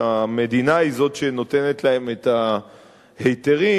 שהמדינה היא שנותנת להם את ההיתרים,